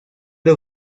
era